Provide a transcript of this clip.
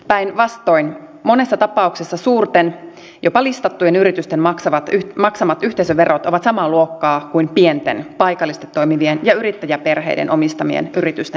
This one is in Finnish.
päinvastoin monessa tapauksessa suurten jopa listattujen yritysten maksamat yhteisöverot ovat samaa luokkaa kuin pienten paikallisesti toimivien ja yrittäjäperheiden omistamien yritysten verot